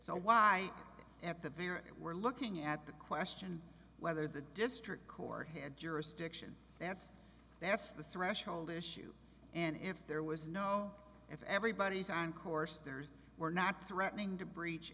so why at the very it we're looking at the question whether the district court had jurisdiction that's that's the threshold issue and if there was no if everybody's on course there were not threatening to breach